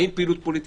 האם פעילות פוליטית,